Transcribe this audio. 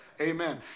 Amen